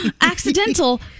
accidental